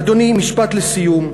אדוני, משפט לסיום.